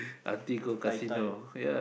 Tai-Tai